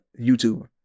YouTuber